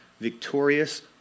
Victorious